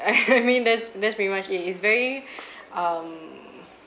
I mean there's there's pretty much it it's very um